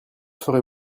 ferez